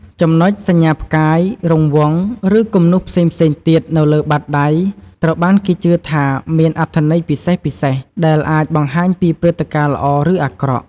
ចំណុច សញ្ញាផ្កាយ រង្វង់ ឬគំនូសផ្សេងៗទៀតនៅលើបាតដៃ ត្រូវបានគេជឿថាមានអត្ថន័យពិសេសៗ ដែលអាចបង្ហាញពីព្រឹត្តិការណ៍ល្អ ឬអាក្រក់។